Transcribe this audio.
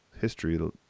history